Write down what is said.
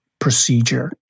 procedure